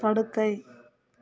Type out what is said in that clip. படுக்கை